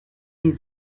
des